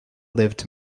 lived